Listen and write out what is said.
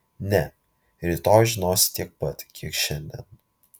ne rytoj žinosi tiek pat kiek šiandien